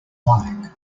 like